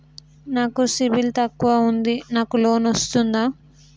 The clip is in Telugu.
నాకు సిబిల్ తక్కువ ఉంది నాకు లోన్ వస్తుందా?